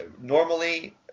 normally